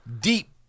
deep